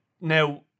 Now